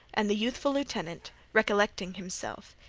and the youthful lieutenant, recollecting himself,